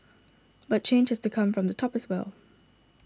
but change has to come from the top as well